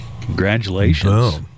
Congratulations